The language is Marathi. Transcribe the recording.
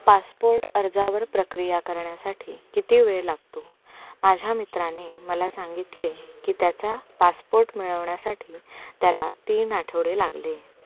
पासपोर्ट अर्जावर प्रक्रिया करण्यासाठी किती वेळ लागतो माझ्या मित्राने मला सांगितले की त्याचा पासपोर्ट मिळवण्यासाठी त्याला तीन आठवडे लागले